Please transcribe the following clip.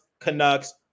Canucks